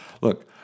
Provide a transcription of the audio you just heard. look